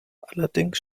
allerdings